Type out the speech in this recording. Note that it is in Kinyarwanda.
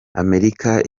amerika